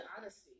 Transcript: honesty